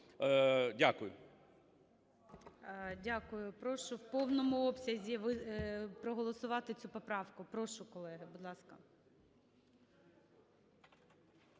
Дякую.